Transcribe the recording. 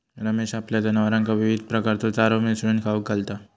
रमेश आपल्या जनावरांका विविध प्रकारचो चारो मिसळून खाऊक घालता